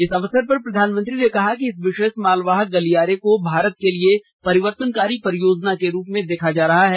इस अवसर पर प्रधानमंत्री ने कहा कि इस विशेष मालवाहक गलियारे को भारत के लिए परिवर्तनकारी परियोजना के रूप में देखा जा रहा है